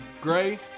gray